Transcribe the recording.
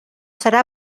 serà